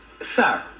Sir